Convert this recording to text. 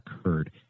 occurred